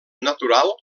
natural